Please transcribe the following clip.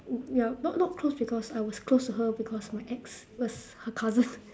ya not not close because I was close to her because my ex was her cousin